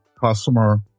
customer